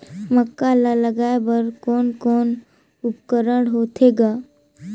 मक्का ला लगाय बर कोने कोने उपकरण होथे ग?